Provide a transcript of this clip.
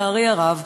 לצערי הרב,